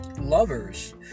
lovers